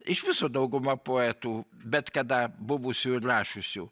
iš viso dauguma poetų bet kada buvusių ir rašiusių